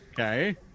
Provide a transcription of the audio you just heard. Okay